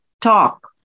talk